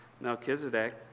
Melchizedek